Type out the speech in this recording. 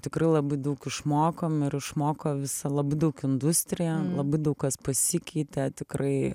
tikrai labai daug išmokom ir išmoko visa labai daug industrija labai daug kas pasikeitė tikrai